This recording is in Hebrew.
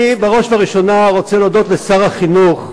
בראש ובראשונה אני רוצה להודות לשר החינוך,